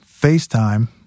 FaceTime